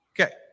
Okay